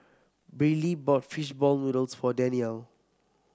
Briley bought fish ball noodles for Daniele